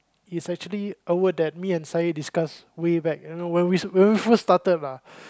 is actually a word that me and Syed discuss way back you know when we when we first started lah